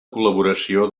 col·laboració